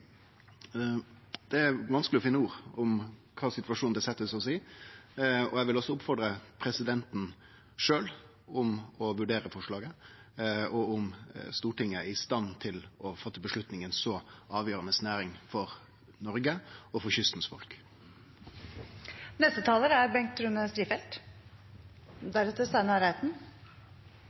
det. Det er vanskeleg å finne ord om den situasjonen det set oss i, og eg vil også oppmode presidenten sjølv til å vurdere forslaget og om Stortinget er i stand til å gjere vedtak i ei så avgjerande næring for Noreg og for folket langs kysten. Neste taler er Bengt Rune